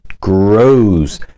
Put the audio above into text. grows